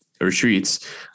retreats